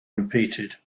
repeated